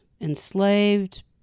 enslaved